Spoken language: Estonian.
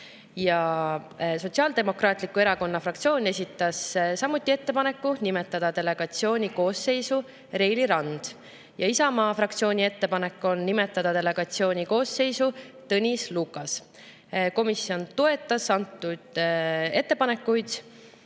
Sotsiaaldemokraatliku Erakonna fraktsioon esitas ettepaneku nimetada delegatsiooni koosseisu Reili Rand. Isamaa fraktsiooni ettepanek on nimetada delegatsiooni koosseisu Tõnis Lukas. Komisjon toetas nimetatud ettepanekuid. Nüüd